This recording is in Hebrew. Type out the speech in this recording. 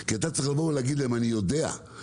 כי אתה צריך לבוא להגיד להם 'אני יודע שאוכלוסייה